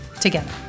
together